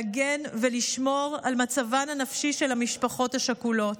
להגן ולשמור על מצבן הנפשי של המשפחות השכולות.